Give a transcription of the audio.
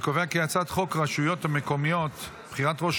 הצעת חוק הרשויות המקומיות (בחירת ראש